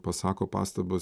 pasako pastabas